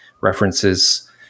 references